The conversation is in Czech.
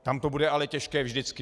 Tam to bude ale těžké vždycky.